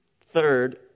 third